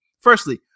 Firstly